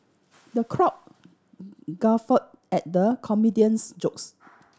the crowd guffaw at the comedian's jokes